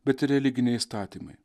bet ir religiniai įstatymai